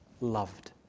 loved